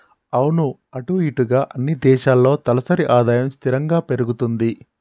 అవును అటు ఇటుగా అన్ని దేశాల్లో తలసరి ఆదాయం స్థిరంగా పెరుగుతుంది